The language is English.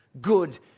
good